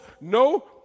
no